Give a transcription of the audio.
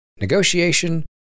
negotiation